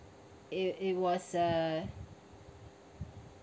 it it was a